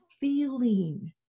feeling